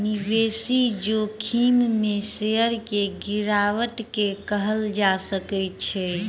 निवेश जोखिम में शेयर में गिरावट के कहल जा सकै छै